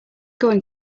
going